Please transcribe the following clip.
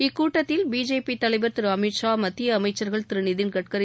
இக்கூட்டத்தில் பிஜேபி தலைவர் திரு அமித் ஷா மத்திய அமைச்சர்கள் திரு நிதின் கட்கரி